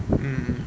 mm mm